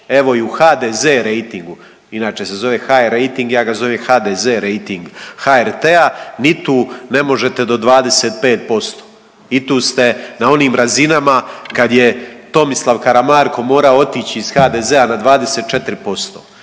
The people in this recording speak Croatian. Evo i u HDZ rejtingu, inače se zove hr-rejting. Ja ga zovem HDZ rejting HRT-a. Ni tu ne možete do 25%. I tu ste na onim razinama kada je Tomislav Karamarko morao otići iz HDZ-a na 24%.